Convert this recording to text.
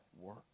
work